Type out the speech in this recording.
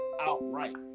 outright